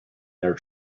their